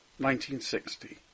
1960